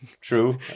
true